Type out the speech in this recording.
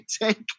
take